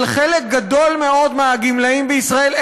אבל חלק גדול מאוד מהגמלאים בישראל,